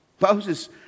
Moses